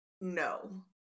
no